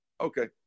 Okay